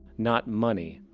not money,